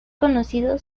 conocido